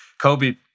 Kobe